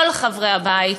כל חברי הבית,